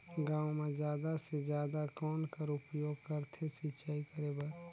गांव म जादा से जादा कौन कर उपयोग करथे सिंचाई करे बर?